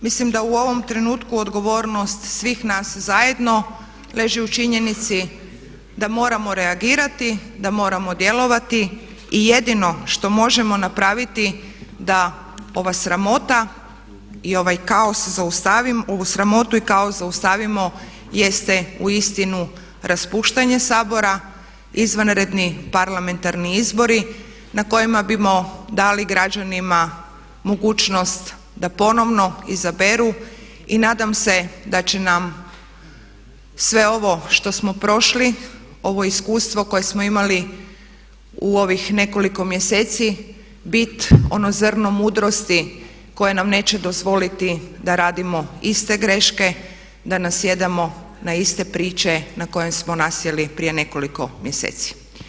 Mislim da u ovom trenutku odgovornost svih nas zajedno leži u činjenici da moramo reagirati, da moramo djelovati i jedino što možemo napraviti da ova sramota i ovaj kaos zaustavimo, ovu sramotu i kaos zaustavimo jeste uistinu raspuštanje Sabora, izvanredni parlamentarni izbori na kojima bismo dali građanima mogućnost da ponovno izaberu i nadam se da će nam sve ovo što smo prošli, ovo iskustvo koje smo imali u ovih nekoliko mjeseci biti ono zrno mudrosti koje nam neće dozvoliti da radimo iste greške, da nasjedamo na iste priče na koje smo nasjeli prije nekoliko mjeseci.